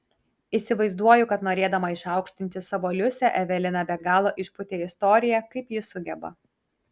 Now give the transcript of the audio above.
įsivaizduoju kad norėdama išaukštinti savo liusę evelina be galo išpūtė istoriją kaip ji sugeba